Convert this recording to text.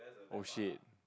oh shit